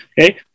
okay